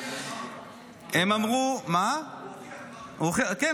הוא הוכיח איך.